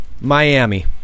Miami